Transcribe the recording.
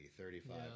thirty-five